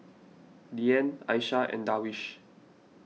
Dian Aishah and Darwish